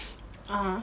(uh huh)